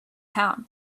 town